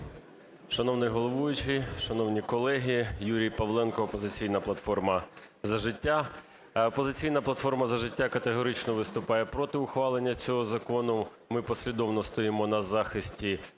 Шановний головуючий! Шановні колеги! Юрій Павленко, "Опозиційна платформа - За життя". "Опозиційна платформа - За життя" категорично виступає проти ухвалення цього закону. Ми послідовно стоїмо на захисті